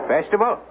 Festival